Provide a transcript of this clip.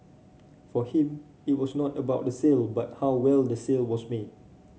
for him it was not about the sale but how well the sale was made